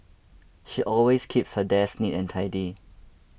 she always keeps her desk neat and tidy